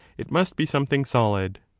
it must be something solid.